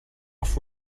off